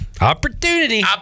Opportunity